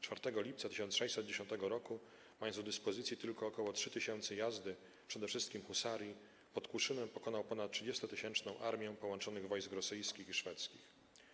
4 lipca 1610 roku, mając do dyspozycji tylko około 3 tysięcy jazdy, przede wszystkim husarii, pod Kłuszynem pokonał ponad 30-tysięczną armię połączonych wojsk rosyjskich i szwedzkich.